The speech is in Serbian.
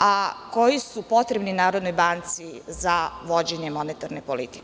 a koji su potrebni Narodnoj banci za vođenje monetarne politike.